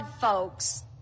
folks